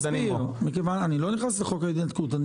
אני לא נכנס לחוק ההתנתקות.